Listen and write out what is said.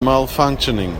malfunctioning